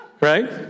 Right